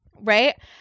Right